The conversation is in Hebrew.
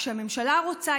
כשהממשלה רוצה,